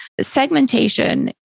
Segmentation